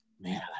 man